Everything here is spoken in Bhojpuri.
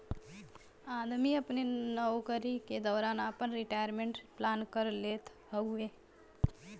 आदमी अपने नउकरी के दौरान आपन रिटायरमेंट प्लान कर लेत हउवे